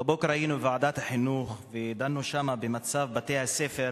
בבוקר היינו בוועדת החינוך ודנו שם במצב בית-הספר